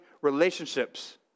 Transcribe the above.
relationships